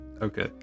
Okay